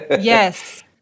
Yes